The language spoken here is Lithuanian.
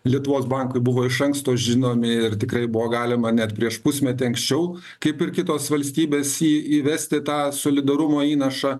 lietuvos bankui buvo iš anksto žinomi ir tikrai buvo galima net prieš pusmetį anksčiau kaip ir kitos valstybės į įvesti tą solidarumo įnašą